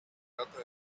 trata